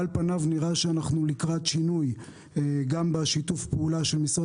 על פניו נראה שאנו לקראת שינוי גם בשיתוף הפעולה של משרד